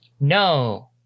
No